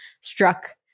struck